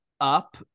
Up